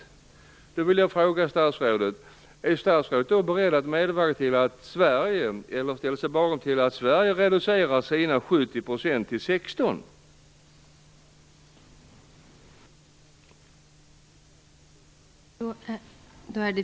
Jag vill fråga statsrådet om han är beredd att medverka till, och ställa sig bakom, att Sverige reducerar sina 70 % till 16 %.